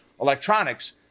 electronics